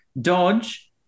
Dodge